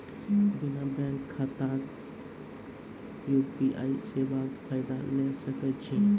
बिना बैंक खाताक यु.पी.आई सेवाक फायदा ले सकै छी?